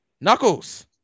Knuckles